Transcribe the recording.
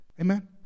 Amen